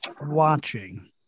watching